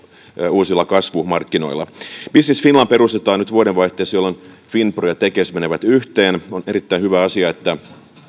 uusilla kasvumarkkinoilla business finland perustetaan nyt vuodenvaihteessa jolloin finpro ja tekes menevät yhteen on erittäin hyvä asia että